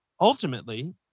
Ultimately